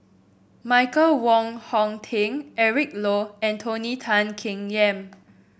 Michael Wong Hong Teng Eric Low and Tony Tan Keng Yam